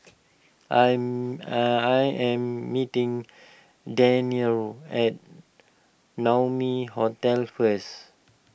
I'm and I am meeting Daniel at Naumi Hotel first